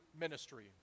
ministry